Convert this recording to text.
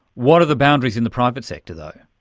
what are the boundaries in the private sector though? yeah